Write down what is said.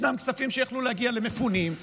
יש כספים שיכלו להגיע למפונים,